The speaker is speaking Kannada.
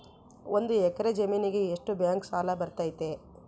ಒಂದು ಎಕರೆ ಜಮೇನಿಗೆ ಎಷ್ಟು ಬ್ಯಾಂಕ್ ಸಾಲ ಬರ್ತೈತೆ?